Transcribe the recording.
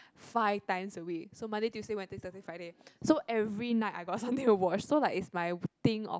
five times a week so Monday Tuesday Wednesday Thursday Friday so every night I got something to watch so like is my thing of